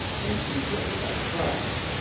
and he fled without the prize.